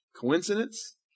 Coincidence